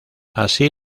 así